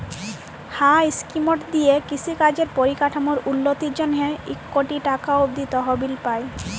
হাঁ ইস্কিমট দিঁয়ে কিষি কাজের পরিকাঠামোর উল্ল্যতির জ্যনহে ইক কটি টাকা অব্দি তহবিল পায়